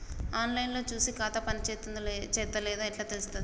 On line లో చూసి ఖాతా పనిచేత్తందో చేత్తలేదో ఎట్లా తెలుత్తది?